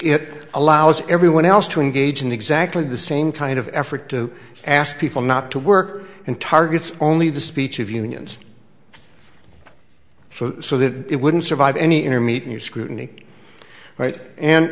it allows everyone else to engage in exactly the same kind of effort to ask people not to work and targets only the speech of unions so so that it wouldn't survive any inner meet new scrutiny right and